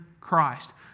Christ